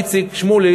איציק שמולי,